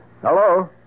Hello